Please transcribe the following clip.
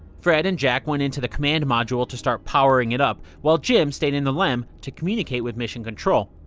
fred and jack went into the command module to start powering it up while jim stayed in the lem to communicate with mission control.